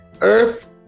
Earth